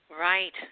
Right